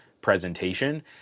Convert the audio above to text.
presentation